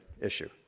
issue